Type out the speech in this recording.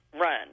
run